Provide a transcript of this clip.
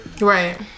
Right